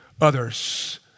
others